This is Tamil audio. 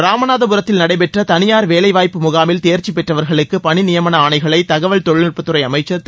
ராமநாதபுரத்தில் நடைபெற்ற தனியார் வேலைவாய்ப்பு முகாமில் தேர்ச்சி பெற்றவர்களுக்கு பணிநியமன ஆணைகளை தகவல் தொழில்நுட்பத்துறை அமைச்சர் திரு